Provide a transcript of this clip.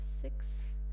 six